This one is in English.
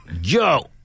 Joe